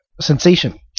sensation